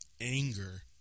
anger